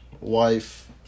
wife